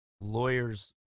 lawyers